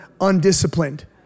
undisciplined